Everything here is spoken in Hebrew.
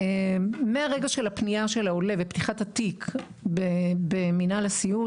מהרגע של הפנייה של העולה ופתיחת התיק במנהל הסיעוד,